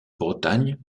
bretagne